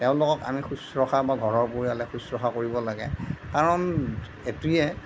তেওঁলোকক আমি শুশ্ৰুষা বা ঘৰৰ পৰিয়ালে শুশ্ৰুষা কৰিব লাগে কাৰণ এইটোৱে